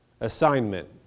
assignment